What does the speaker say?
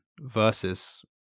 versus